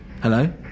Hello